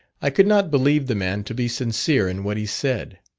i could not believe the man to be sincere in what he said.